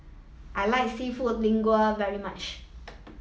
I like Seafood Linguine very much